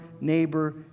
neighbor